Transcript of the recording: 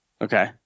Okay